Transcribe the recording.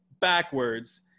backwards